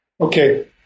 Okay